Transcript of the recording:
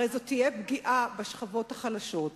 הרי זאת תהיה פגיעה בשכבות החלשות.